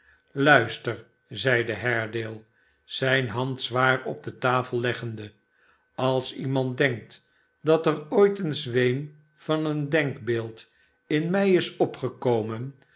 sluister zeide haredale zijne hand zwaar op de tafel leggende als iemand denkt dat er ooit een zweem van een denkbeeld in mij is opgekomen